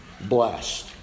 Blessed